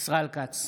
ישראל כץ,